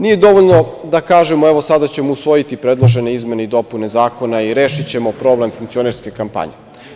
Nije dovoljno da kažemo, evo sada ćemo usvojiti predložene izmene i dopune zakona i rešićemo problem funkcionerske kampanje.